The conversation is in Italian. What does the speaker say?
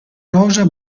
rosa